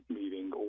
meeting